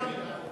באותה מידה.